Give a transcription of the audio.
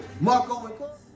Marco